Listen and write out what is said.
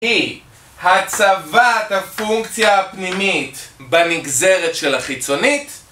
אי, הצבת הפונקציה הפנימית בנגזרת של החיצונית